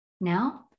Now